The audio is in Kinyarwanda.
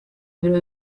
ibiro